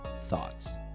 Thoughts